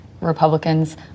Republicans